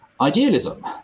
idealism